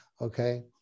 Okay